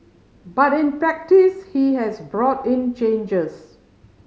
but in practice he has brought in changes